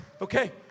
Okay